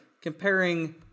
Comparing